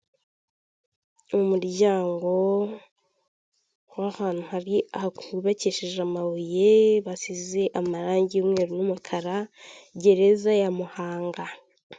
Umuryango w'ahantu hubakishije amabuye basize amarange y'umweru n'umukara gereza ya Muhanga.